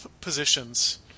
Positions